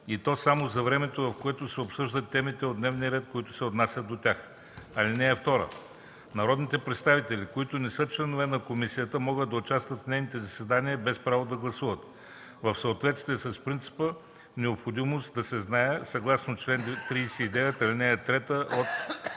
и то само за времето, в което се обсъждат темите от дневния ред, които се отнасят до тях. (2) Народните представители, които не са членове на комисията, могат да участват в нейните заседания без право да гласуват в съответствие с принципа „необходимост да се знае”, съгласно чл. 39, ал. 3 от